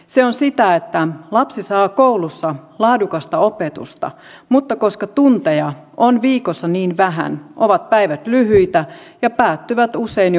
se on sitä että lapsi saa koulussa laadukasta opetusta mutta koska tunteja on viikossa niin vähän ovat päivät lyhyitä ja päättyvät usein jo puoliltapäivin